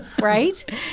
right